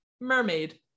mermaid